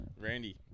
Randy